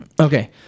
Okay